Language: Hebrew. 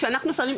כשאנחנו שואלים,